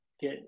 get